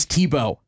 Tebow